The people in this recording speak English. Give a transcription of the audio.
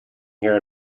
here